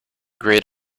grayed